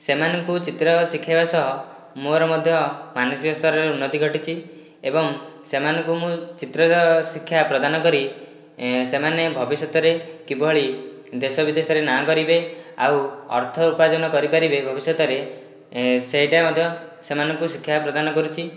ସେମାନଙ୍କୁ ଚିତ୍ର ଶିଖେଇବା ସହ ମୋର ମଧ୍ୟ ମାନସିକ ସ୍ତରରେ ଉନ୍ନତି ଘଟିଛି ଏବଂ ସେମାନଙ୍କୁ ମୁଁ ଚିତ୍ରର ଶିକ୍ଷା ପ୍ରଦାନ କରି ସେମାନେ ଭବିଷ୍ୟତରେ କିଭଳି ଦେଶ ବିଦେଶରେ ନାଁ କରିବେ ଆଉ ଅର୍ଥ ଉପାର୍ଜନ କରିପାରିବେ ଭବିଷ୍ୟତରେ ସେଇଟା ମଧ୍ୟ ସେମାନଙ୍କୁ ଶିକ୍ଷା ପ୍ରଦାନ କରୁଛି